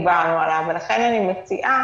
אמר היושב-ראש,